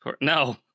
No